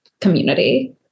community